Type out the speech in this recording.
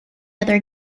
other